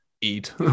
eat